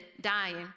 dying